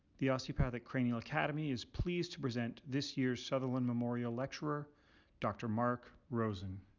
the osteopathic cranial academy is pleased to present this year's sutherland memorial lecturer dr. mark rosen.